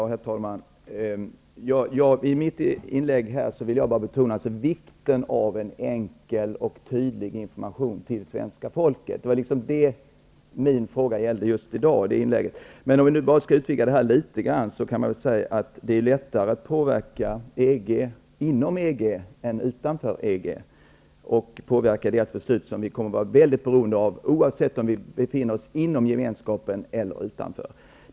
Herr talman! I mitt inlägg ville jag bara betona vikten av en enkel och tydlig information till svenska folket. Det var detta mitt inlägg alltså gällde. För att utvidga det litet kan jag säga att det är lättare att inom EG än utanför påverka EG:s beslut som vi kommer att var väldigt beroende av, oavsett om vi befinner oss inom gemenskapen eller utanför den.